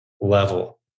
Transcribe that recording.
level